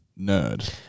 nerd